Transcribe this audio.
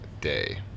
Day